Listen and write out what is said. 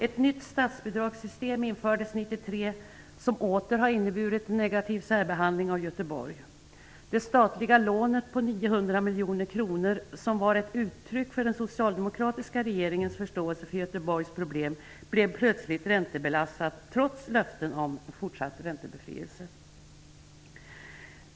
Ett nytt statsbidragssystem infördes 1993, som åter har inneburit ''en negativ särbehandling'' av Göteborg. Det statliga lånet på 900 miljoner kronor, som var ett uttryck för den socialdemokratiska regeringens förståelse för Göteborgs problem, blev plötsligt räntebelastat, trots löften om fortsatt räntebefrielse.